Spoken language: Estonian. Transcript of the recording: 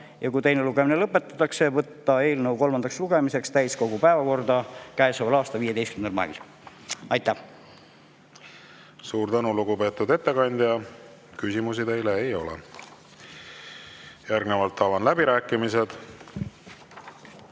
ja kui teine lugemine lõpetatakse, võtta eelnõu kolmandaks lugemiseks täiskogu päevakorda käesoleva aasta 15. mail. Aitäh! Suur tänu, lugupeetud ettekandja! Küsimusi teile ei ole. Järgnevalt avan läbirääkimised.